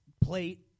plate